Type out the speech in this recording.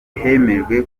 hemejwe